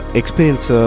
experience